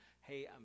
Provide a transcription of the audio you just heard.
hey